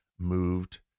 Moved